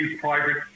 private